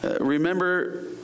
Remember